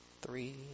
Three